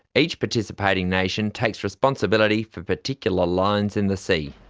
each participating nation takes responsibility for particular lines in the sea.